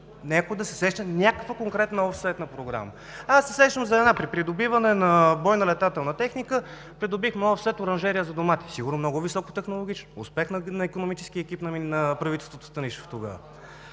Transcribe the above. някой да се сеща някаква конкретна офсетна програма? Аз се сещам за една: при придобиване на бойна летателна техника придобихме офсет оранжерия за домати. Сигурно е много високотехнологично. Успех на икономическия екип на правителството „Станишев“ тогава.